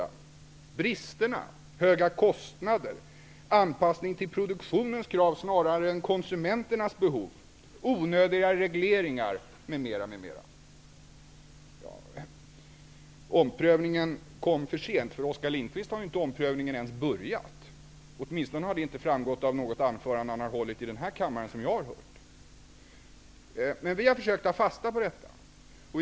Man talar om bristerna, höga kostnader, anpassning till produktionens krav snarare än konsumenternas behov, onödiga regleringar m.m. Omprövningen kom för sent. För Oskar Lindkvist har ju omprövningen inte ens börjat, åtminstone inte enligt de anföranden som han har hållit i den här kammaren efter vad jag har hört. Vi har försökt ta fasta på dessa mål.